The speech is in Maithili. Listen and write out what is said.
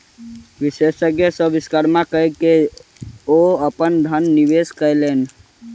विशेषज्ञ सॅ विमर्श कय के ओ अपन धन निवेश कयलैन